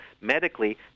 medically